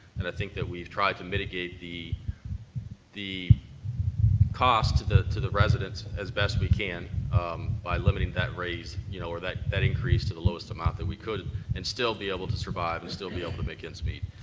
and i think we've tried to mitigate the the costs to the to the residents as best we can by limiting that raise you know, or that that increase to the lowest amount that we could and still be able to survive and still be able to make ends meet.